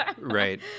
Right